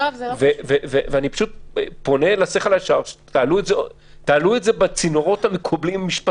אני מציע שתפנו את השאלות האלה או תקיימו דיון על אכיפה.